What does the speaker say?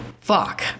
fuck